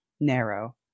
narrow